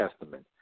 Testament